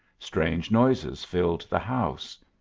strange noises filled the house.